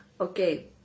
okay